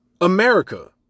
America